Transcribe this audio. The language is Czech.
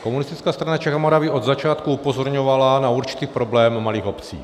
Komunistická strana Čech a Moravy od začátku upozorňovala na určitý problém malých obcí.